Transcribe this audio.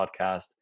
podcast